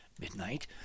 midnight